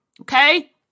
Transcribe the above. Okay